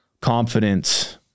confidence